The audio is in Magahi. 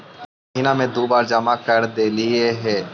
महिना मे दु बार जमा करदेहिय?